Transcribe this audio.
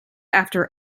after